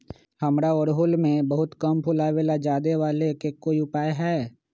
हमारा ओरहुल में बहुत कम फूल आवेला ज्यादा वाले के कोइ उपाय हैं?